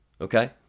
okay